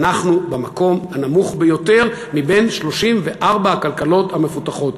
אנחנו במקום הנמוך ביותר מבין 34 הכלכלות המפותחות.